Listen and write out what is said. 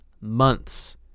months